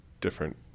different